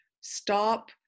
Stop